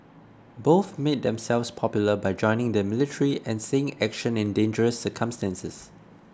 both made themselves popular by joining the military and seeing action in dangerous circumstances